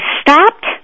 stopped